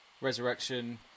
resurrection